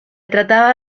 trataba